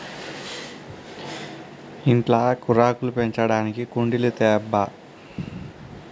ఇంట్ల కూరాకులు పెంచడానికి కుండీలు తేబ్బా